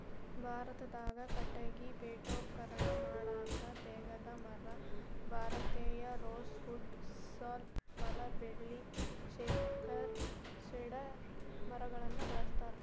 ಭಾರತದಾಗ ಕಟಗಿ ಪೇಠೋಪಕರಣ ಮಾಡಾಕ ತೇಗದ ಮರ, ಭಾರತೇಯ ರೋಸ್ ವುಡ್ ಸಾಲ್ ಮರ ಬೇಳಿ ಸೇಡರ್ ಮರಗಳನ್ನ ಬಳಸ್ತಾರ